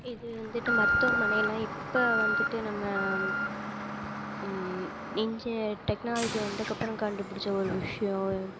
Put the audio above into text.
இது வந்துட்டு மருத்துவமனையெலாம் இப்போ வந்துட்டு நம்ப இன்ஜினீயர் டெக்னாலஜி வந்ததுக்கு அப்புறம் கண்டுப்பிடிச்ச ஒரு விஷயம்